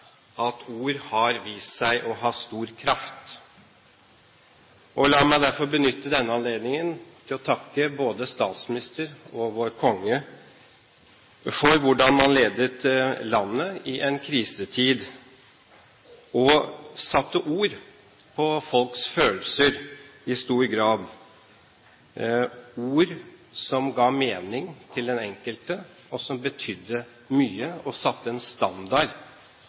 at ord har vist seg å ha stor kraft. La meg derfor benytte denne anledningen til å takke både statsminister og konge for hvordan man ledet landet i en krisetid og satte ord på folks følelser i stor grad – ord som ga mening til den enkelte, og som betydde mye og satte en standard